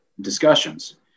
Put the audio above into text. discussions